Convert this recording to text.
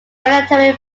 monitoring